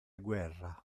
guerra